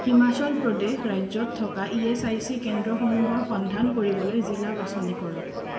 হিমাচল প্ৰদেশ ৰাজ্যত থকা E S I C কেন্দ্ৰসমূহৰ সন্ধান কৰিবলৈ জিলা বাছনি কৰক